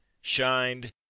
shined